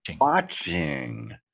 watching